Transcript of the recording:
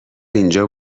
اینجا